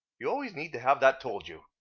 you always need to have that told you.